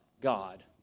God